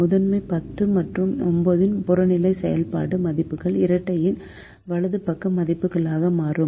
முதன்மை 10 மற்றும் 9 இன் புறநிலை செயல்பாடு மதிப்புகள் இரட்டையின் வலது பக்க மதிப்புகளாக மாறும்